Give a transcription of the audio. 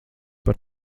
par